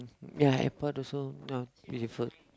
ya airport also not beautiful